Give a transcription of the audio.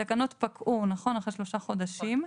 הצעת חוק לתיקון פקודת הרופאים (מס' 13 והוראת שעה)